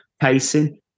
pacing